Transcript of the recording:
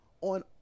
on